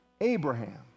Abraham